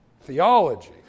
Theology